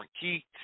key